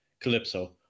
Calypso